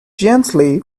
gently